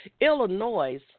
illinois